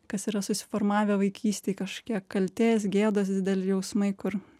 kas yra susiformavę vaikystėj kažkokie kaltės gėdos dideli jausmai kur